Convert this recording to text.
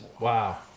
Wow